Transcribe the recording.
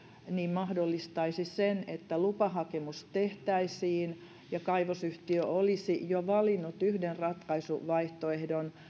mahdollistaisi sen että lupahakemus tehtäisiin ja kaivosyhtiö olisi jo valinnut yhden ratkaisuvaihtoehdon